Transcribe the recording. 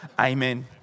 Amen